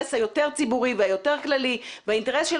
האינטרס היותר ציבורי והיותר כללי והאינטרס של